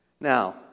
Now